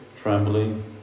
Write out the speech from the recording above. trembling